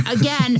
again